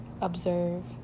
observe